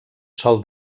sòl